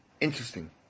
interesting